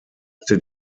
hatte